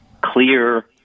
clear